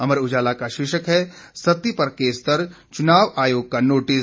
अमर उजाला का शीर्षक है सत्ती पर केस दर्ज चुनाव आयोग का नोटिस